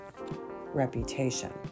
reputation